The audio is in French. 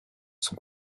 sont